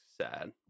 sad